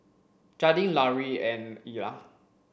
Jadyn Larue and Ila